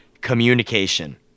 communication